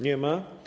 Nie ma.